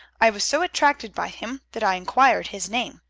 i was so attracted by him that i inquired his name.